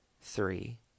three